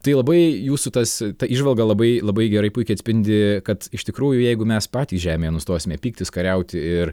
tai labai jūsų tas ta įžvalga labai labai gerai puikiai atspindi kad iš tikrųjų jeigu mes patys žemėje nustosime pyktis kariauti ir